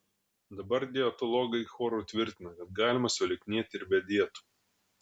dabar dietologai choru tvirtina kad galima sulieknėti ir be dietų